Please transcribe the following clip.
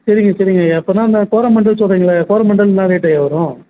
சரிங்க சரிங்க ஐயா அப்போன்னா அந்தக் கோரமண்டல் சொல்கிறீங்கல்ல கோரமண்டல் என்ன ரேட்டு ஐயா வரும்